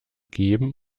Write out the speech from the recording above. geben